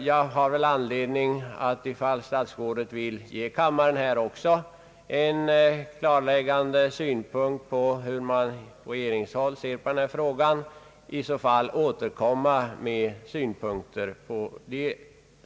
Om statsrådet också vill ge första kammaren klarläggande synpunkter på hur man från regeringshåll ser på denna fråga, så får jag anledning att återkomma med mina synpunkter.